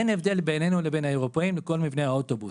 אין הבדל בינינו לבין האירופאים בכל מבנה האוטובוס.